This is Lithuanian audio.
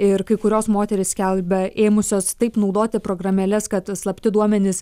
ir kai kurios moterys skelbia ėmusios taip naudoti programėles kad slapti duomenys